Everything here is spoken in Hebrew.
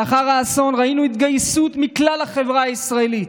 לאחר האסון ראינו התגייסות מכלל החברה הישראלית: